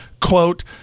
quote